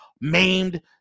maimed